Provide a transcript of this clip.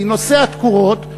כי נושא התקורות,